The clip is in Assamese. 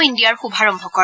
ইণ্ডিয়াৰ শুভাৰম্ভ কৰে